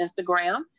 Instagram